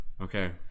okay